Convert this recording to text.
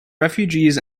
refugees